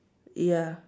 ya